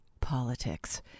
politics